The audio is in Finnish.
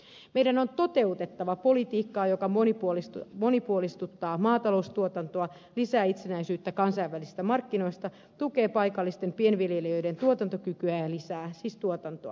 meidän on toteutettava politiikkaa joka monipuolistuttaa maataloustuotantoa lisää itsenäisyyttä kansainvälisistä markkinoista tukee paikallisten pienviljelijöiden tuotantokykyä ja lisää siis tuotantoa